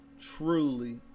truly